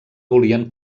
volien